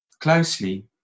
closely